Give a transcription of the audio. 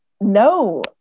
No